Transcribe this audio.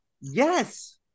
Yes